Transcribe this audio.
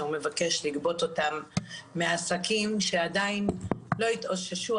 מבקש לגבות אותם מעסקים שעדיין לא התאוששו,